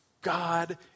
God